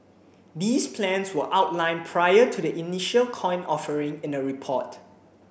these plans were outlined prior to the initial coin offering in a report